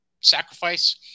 Sacrifice